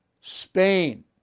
Spain